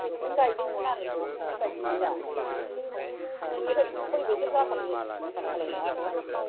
नों गायदोंमोन आरो न'आव न'आव गायफुनाय दा बेनिफ्राय कय बोसोर जाखो नोङो स्टार्ट खालामनाया आब'